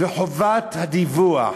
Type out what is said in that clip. וחובת הדיווח